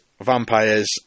vampires